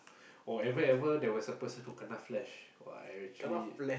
or ever ever there was a person who kena flash !wah! I actually